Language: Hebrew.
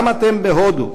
גם אתם, בהודו,